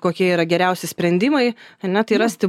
kokie yra geriausi sprendimai ane tai rasti